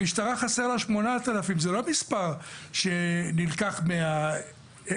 למשטרה חסר 8,000, זה לא מספר שנלקח מהאצבע.